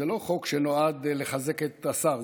זה לא חוק שנועד לחזק את השר,